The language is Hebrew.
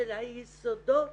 של היסודות